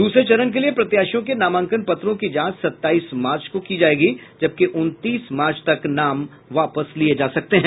दूसरे चरण के लिये प्रत्यााशियों के नामांकन पत्रों की जांच सताईस मार्च को की जायेगी जबकि उनतीस मार्च तक नाम वापस लिये जा सकते हैं